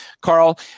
Carl